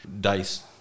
dice